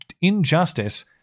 injustice